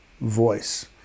voice